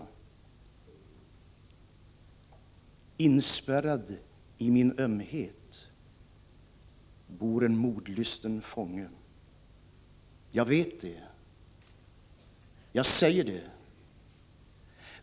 Inspärrad i min ömhet bor en mordlysten fånge. Jag vet det. — Jag säger det.